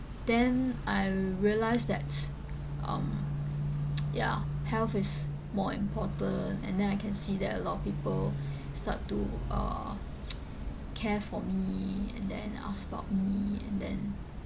then I realise that um ya health is more important and then I can see that a lot of people start to uh care for me and then asked about me and then